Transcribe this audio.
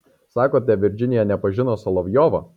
sakote virdžinija nepažino solovjovo